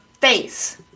face